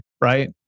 Right